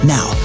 Now